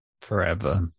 forever